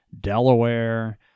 Delaware